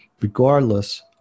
regardless